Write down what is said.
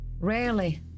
Rarely